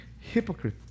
Hypocrite